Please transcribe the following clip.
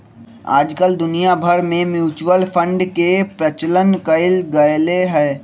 आजकल दुनिया भर में म्यूचुअल फंड के प्रचलन कइल गयले है